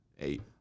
Eight